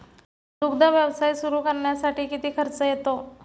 दुग्ध व्यवसाय सुरू करण्यासाठी किती खर्च येतो?